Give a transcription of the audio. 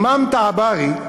אימאם טבארי,